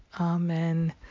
Amen